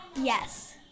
Yes